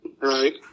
Right